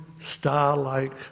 star-like